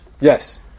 Yes